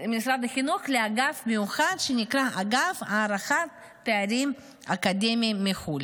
לאגף מיוחד שנקרא אגף הערכת תארים אקדמיים מחו"ל.